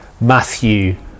Matthew